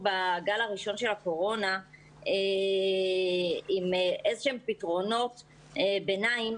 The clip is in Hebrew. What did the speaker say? בגל הראשון של הקורונה נשארנו עם איזה שהם פתרונות ביניים.